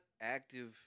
active